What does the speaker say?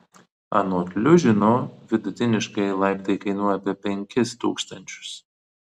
anot liužino vidutiniškai laiptai kainuoja apie penkis tūkstančius